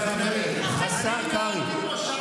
סיפורים לפני השינה, השר קרעי.